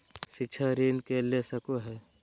शिक्षा ऋण के ले सको है?